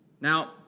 Now